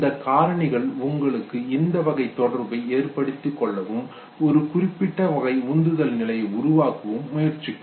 இந்த காரணிகள் உங்களுக்கு இந்த வகை தொடர்பை ஏற்படுத்திக் கொள்ளவும் ஒரு குறிப்பிட்ட வகை உந்துதல் நிலையை உருவாக்கவும் முயற்சிக்கும்